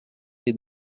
est